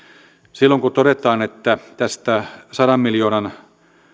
silloin kun todetaan että tästä sadan miljoonan